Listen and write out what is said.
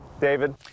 David